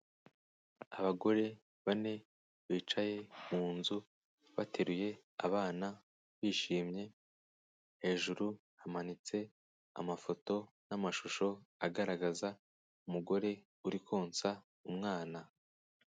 Abagore bane bicaye munzu bateruye abana bishimye, hejuru hamanitse amafoto n'amashusho agaragaza umugore uri konsa umwana.